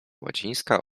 łacińska